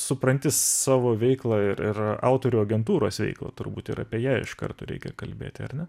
supranti savo veiklą ir ir autorių agentūros veiklą turbūt ir apie ją iš karto reikia kalbėti ar ne